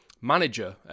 manager